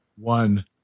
one